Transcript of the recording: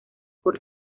por